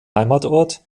heimatort